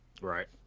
Right